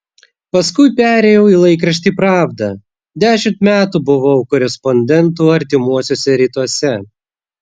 paskui perėjau į laikraštį pravda dešimt metų buvau korespondentu artimuosiuose rytuose